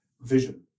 vision